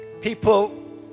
People